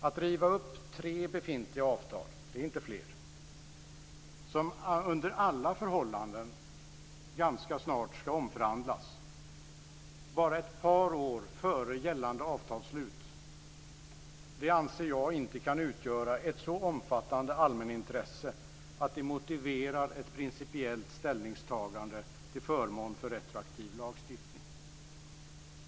Att riva upp tre befintliga avtal - det är inte fler - som under alla förhållanden ganska snart ska omförhandlas, bara ett par år före gällande avtalsslut, anser jag inte kan utgöra ett så omfattande allmänintresse att det motiverar ett principiellt ställningstagande till förmån för retroaktiv lagstiftning.